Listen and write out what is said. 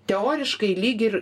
teoriškai lyg ir